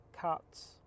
cuts